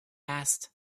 asked